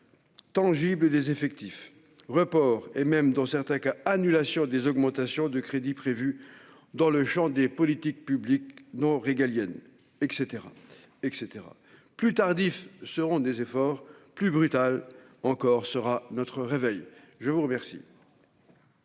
tangible des effectifs ; report et même, dans certains cas, annulation des augmentations de crédits prévues dans le champ des politiques publiques non régaliennes ; et d'autres réformes encore. Plus tardifs seront nos efforts, plus brutal encore sera notre réveil ! La discussion